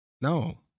No